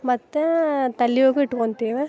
ಮತ್ತು ತಲಿಯಾಗು ಇಟ್ಕೊಂತೇವೆ